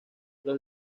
los